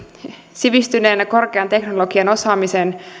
sivistyneenä korkean teknologisen osaamisen